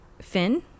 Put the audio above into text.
Finn